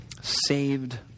saved